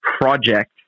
project